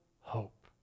hope